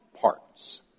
parts